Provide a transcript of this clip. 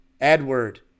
Edward